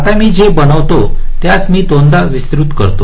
आता मी जे बनवितो त्यास मी दोनदा विस्तृत करतो